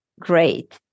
great